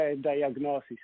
diagnosis